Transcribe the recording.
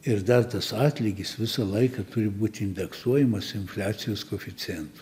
ir dar tas atlygis visą laiką turi būti indeksuojamas infliacijos koeficientu